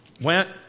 went